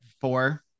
four